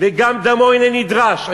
וגם דמו הנה נדרש.